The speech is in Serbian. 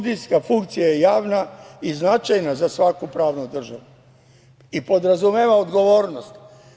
Sudijska funkcija je javna i značajna za svaku pravnu državu i podrazumeva odgovornost.